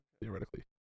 theoretically